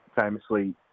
famously